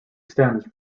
stems